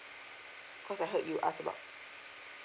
cause I heard you ask about